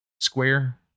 square